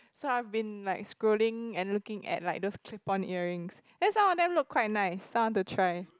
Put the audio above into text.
so I've been like scrolling and looking at like those clip on earrings then some of them look quite nice so I want to try